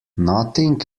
nothing